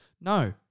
no